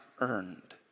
earned